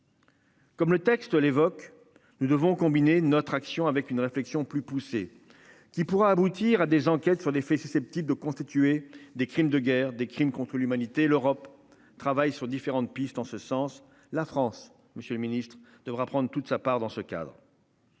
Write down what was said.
Comme le texte l'évoque. Nous devons combiner notre action avec une réflexion plus poussée qui pourrait aboutir à des enquêtes sur des faits susceptibles de constituer des crimes de guerre, des crimes contre l'humanité. L'Europe travaille sur différentes pistes en ce sens la France. Monsieur le Ministre devra prendre toute sa part dans ce cadre.